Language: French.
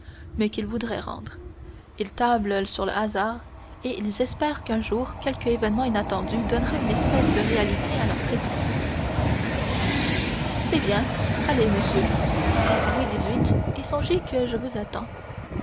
mais qu'ils voudraient rendre ils tablent sur le hasard et ils espèrent qu'un jour quelque événement inattendu donnera une espèce de réalité à leurs prédictions c'est bien allez monsieur dit louis xviii et songez que je vous attends